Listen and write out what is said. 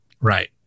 Right